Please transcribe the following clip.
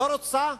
לא רוצה,